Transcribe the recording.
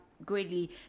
greatly